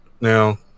now